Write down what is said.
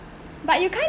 but you can't